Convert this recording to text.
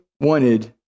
wanted